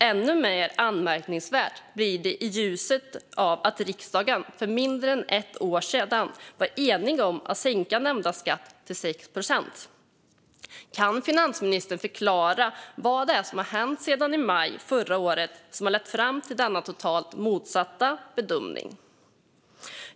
Ännu mer anmärkningsvärt blir det i ljuset av att riksdagen för mindre än ett år sedan var enig om att sänka nämnda skatt till 6 procent. Kan finansministern förklara vad som har hänt sedan maj förra året, som har lett fram till denna totalt motsatta bedömning?